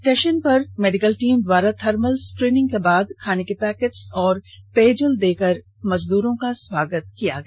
station पर medical team के द्वारा थर्मल स्क्रीनिंग के बाद खाने के पैकेट्स और पेयजल देकर मजदूरों का स्वागत किया गया